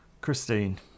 Christine